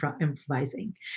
improvising